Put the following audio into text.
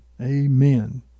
Amen